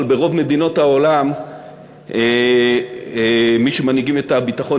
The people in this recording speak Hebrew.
אבל ברוב מדינות העולם מי שמנהיגים את הביטחון